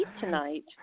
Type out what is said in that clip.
tonight